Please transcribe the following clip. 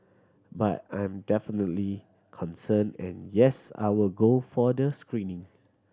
but I'm definitely concerned and yes I will go for the screening